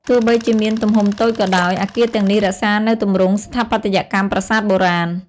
ទោះបីជាមានទំហំតូចក៏ដោយ អគារទាំងនេះរក្សានូវទម្រង់ស្ថាបត្យកម្មប្រាសាទបុរាណ។